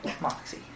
Moxie